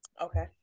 Okay